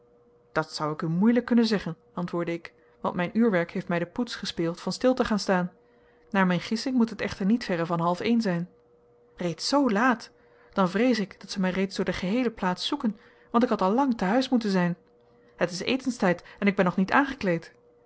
dat zou ik u moeilijk kunnen zeggen antwoordde ik want mijn uurwerk heeft mij de poets gespeeld van stil te gaan staan naar mijn gissing moet het echter niet verre van halféén zijn reeds zoo laat dan vrees ik dat zij mij reeds door de geheele plaats zoeken want ik had al lang te huis moeten zijn het is etenstijd en ik ben nog niet aangekleed